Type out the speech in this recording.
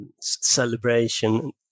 celebration